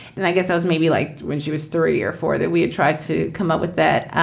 and i guess i was maybe like when she was three or four that we had tried to come up with that.